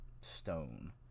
stone